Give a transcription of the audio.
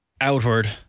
outward